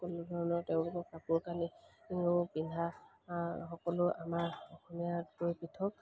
সকলো ধৰণৰ তেওঁলোকৰ কাপোৰ কানিও পিন্ধা সকলো আমাৰ অসমীয়ৰপৰা পৃথক